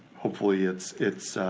hopefully it's it's